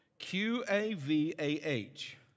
Q-A-V-A-H